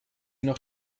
noch